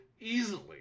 easily